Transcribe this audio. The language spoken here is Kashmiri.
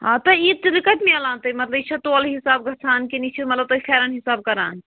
آ تہٕ یہِ تِلہٕ کَتہِ مِلان تۄہہِ مَطلب یہِ چھےٚ تولہٕ حِساب گَژھان کِنہٕ یہِ چھِ مَطلب تۄہہِ فیرن حِساب کَران